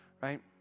right